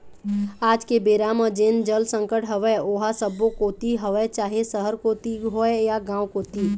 आज के बेरा म जेन जल संकट हवय ओहा सब्बो कोती हवय चाहे सहर कोती होय या गाँव कोती